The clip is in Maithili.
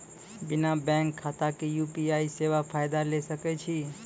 बिना बैंक खाताक यु.पी.आई सेवाक फायदा ले सकै छी?